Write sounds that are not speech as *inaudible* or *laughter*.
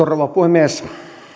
*unintelligible* rouva puhemies